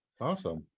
Awesome